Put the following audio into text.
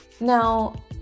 Now